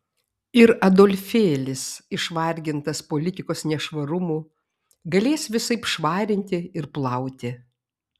ir adolfėlis išvargintas politikos nešvarumų galės visaip švarinti ir plauti